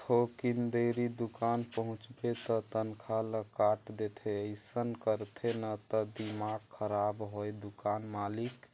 थोकिन देरी दुकान पहुंचबे त तनखा ल काट देथे अइसन करथे न त दिमाक खराब होय दुकान मालिक